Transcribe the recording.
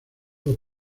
dos